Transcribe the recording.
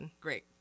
great